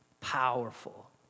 powerful